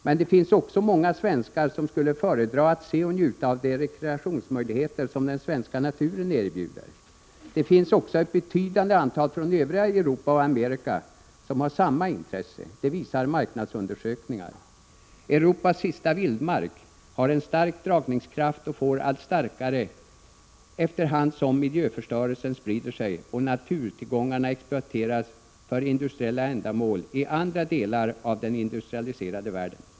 Men det finns också många svenskar som skulle föredra att se och njuta av de rekreationsmöjligheter som den svenska naturen erbjuder. Det finns också ett betydande antal från övriga Europa och Amerika som har samma intresse. Det visar marknadsundersökningar. Europas sista vildmark har en stark dragningskraft och får en allt starkare, efter hand som miljöförstörelsen sprider sig och naturtillgångar exploateras för industriella ändamål i andra delar av den industrialiserade världen.